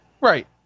Right